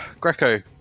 Greco